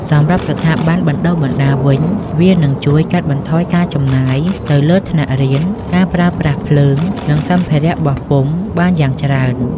សម្រាប់ស្ថាប័នបណ្តុះបណ្តាលវិញ វានឹងជួយ កាត់បន្ថយការចំណាយ ទៅលើថ្នាក់រៀន ការប្រើប្រាស់ភ្លើង និងសម្ភារបោះពុម្ពបានយ៉ាងច្រើន។